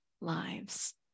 lives